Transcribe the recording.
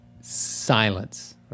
silence